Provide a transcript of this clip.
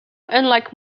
unlike